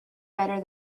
better